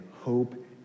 hope